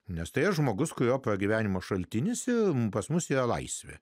nes tai žmogus kurio pragyvenimo šaltinis jums pas mus į laisvę